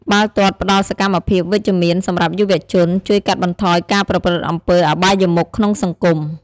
បាល់ទាត់ផ្តល់សកម្មភាពវិជ្ជមានសម្រាប់យុវជន ជួយកាត់បន្ថយការប្រព្រឹត្តអំពើអបាយមុខក្នុងសង្គម។